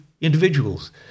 individuals